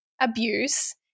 abuse